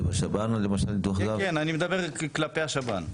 זה בשב"ן למשל ניתוח גב?